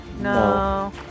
no